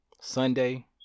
Sunday